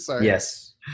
Yes